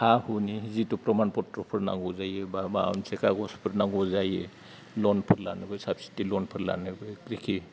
हा हुनि जिथु प्रमान पथ्र'फोर नांगौ जायो बा माबा मोनसे खागजफोर नांगौ जायो लनफोर लानोबो साबसिडि लनफोर लानोबो क्रिखि